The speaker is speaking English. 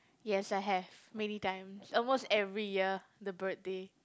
yes I have many times almost every year the birthday